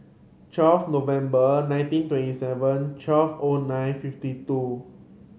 twelve November nineteen twenty seven twelve O nine fifty two